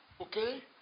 Okay